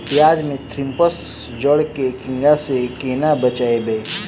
प्याज मे थ्रिप्स जड़ केँ कीड़ा सँ केना बचेबै?